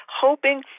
hoping